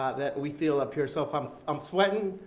that we feel up here. so if i'm um sweating,